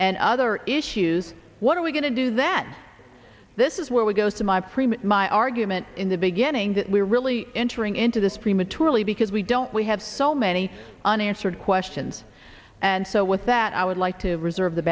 and other issues what are we going to do that this is where we go to my prima my argument in the beginning that we're really entering into this prematurely because we don't we have so many unanswered questions and so with that i would like to reserve the